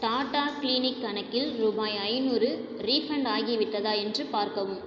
டாடாகிளினிக் கணக்கில் ரூபாய் ஐநூறு ரீஃபண்ட் ஆகிவிட்டதா என்று பார்க்கவும்